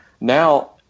now